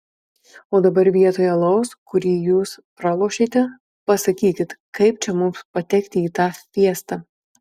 o dabar vietoj alaus kurį jūs pralošėte pasakykit kaip čia mums patekti į tą fiestą